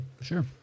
Sure